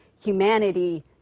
humanity